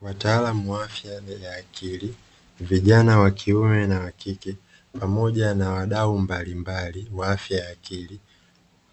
Wataalamu wa afya ya akili, vijana wa kiume na wa kike, pamoja na wadau mbalimbali wa afya ya akili.